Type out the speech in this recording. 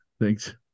Thanks